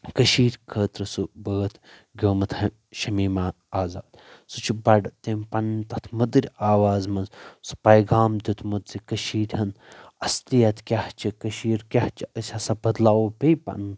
کٔشیٖرِ خٲطرٕ سُہ بٲتھ گیومُت شمیٖما آزاد سُہ چھُ بڑٕ تٔمۍ پنٕنۍ تتھ مٔدِرۍ آوازِ منٛز سُہ پیغام دِیُتمُت زِ کٔشیٖرِ ہُند اصلِیت کیاہ چھِ کٔشیٖر کیاہ چھِ أسۍ ہسا بدلاوو بیٚیہِ پنُن